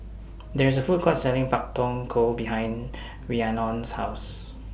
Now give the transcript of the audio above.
There IS A Food Court Selling Pak Thong Ko behind Rhiannon's House